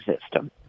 system